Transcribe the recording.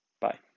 Bye